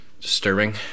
disturbing